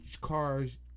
cars